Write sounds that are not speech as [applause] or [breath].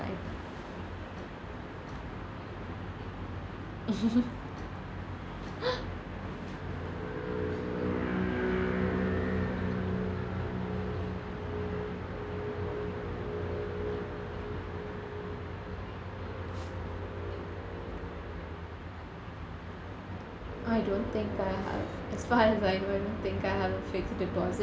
[laughs] [breath] I don't think I have as far as I know I don't think I have a fixed deposit